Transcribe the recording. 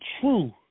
true